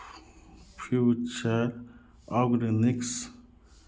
future organics